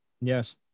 Yes